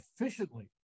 efficiently